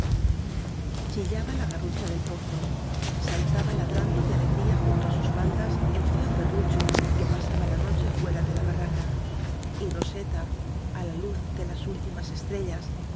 chillaba la garrucha del pozo saltaba ladrando de alegría junto á sus faldas el ifeo perrucho que pasaba la noche fuera de la barraca y roseta á la luz de las últimas estre